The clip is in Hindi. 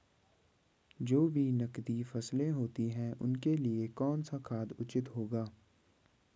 जो भी नकदी फसलें होती हैं उनके लिए कौन सा खाद उचित होगा?